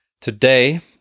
Today